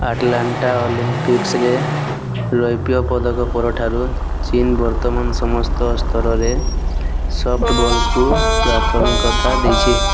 Atlanta ଅଲିମ୍ପିକ୍ସରେ ରୌପ୍ୟ ପଦକ ପରଠାରୁ ଚୀନ୍ ବର୍ତ୍ତମାନ ସମସ୍ତ ସ୍ତରରେ ସଫ୍ଟ ବଲ୍କୁ ପ୍ରାଥମିକତା ଦେଇଛି